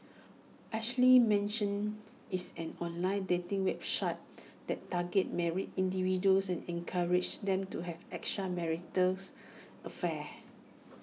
Ashley Madison is an online dating website that targets married individuals and encourages them to have extramarital affairs